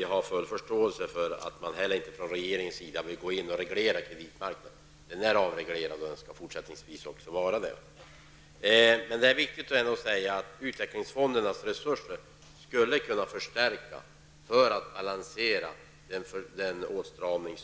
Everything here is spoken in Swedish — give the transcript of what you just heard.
Jag har full förståelse för att regeringen inte vill gå in och reglera kreditmarknaden. Denna är avreglerad, och det skall den vara även fortsättningsvis. Det är emellertid viktigt att säga att utvecklingsfondernas resurser borde kunna förstärkas för att balansera bankernas åtstramning.